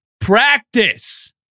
practice